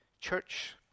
church